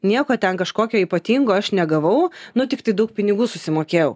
nieko ten kažkokio ypatingo aš negavau nu tiktai daug pinigų susimokėjau